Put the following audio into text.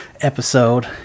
episode